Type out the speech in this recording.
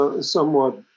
somewhat